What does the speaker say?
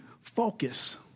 focus